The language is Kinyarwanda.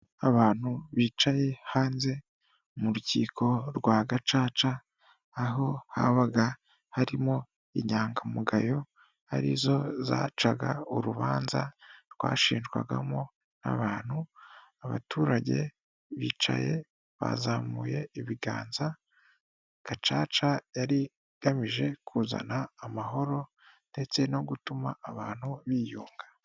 Abantu bicaye hanze mu rukiko rwa gacaca aho habaga harimo inyangamugayo ari zo zacaga urubanza rwashinjwagamo abantu, abaturage bicaye bazamuye ibiganza gacaca yari igamije kuzana amahoro ndetse no gutuma abantu biyunga.